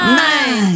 nine